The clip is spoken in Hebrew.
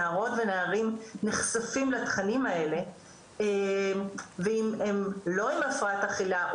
נערות ונערים נחשפים לתכנים האלה ואם הם לא עם הפרעת אכילה,